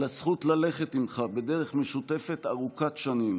על הזכות ללכת איתך בדרך משותפת ארוכת שנים